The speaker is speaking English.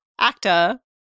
actor